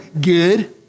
Good